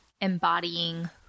embodying